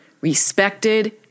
respected